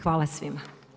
Hvala svima.